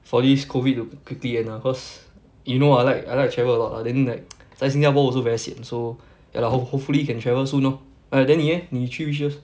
for this COVID to quickly end ah cause you know I like I like travel a lot lah then like 在新加坡 also very sian so ya lah I hope~ hopefully can travel soon lor oh ya then 你 leh 你 three wishes